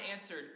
answered